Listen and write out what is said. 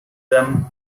them